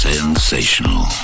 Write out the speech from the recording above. Sensational